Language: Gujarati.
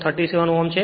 37 ઓહમ છે